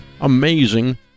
amazing